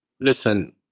listen